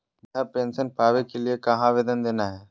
वृद्धा पेंसन पावे के लिए कहा आवेदन देना है?